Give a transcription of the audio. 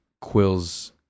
quills